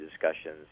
discussions